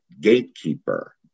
gatekeeper